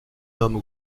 homme